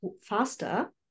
faster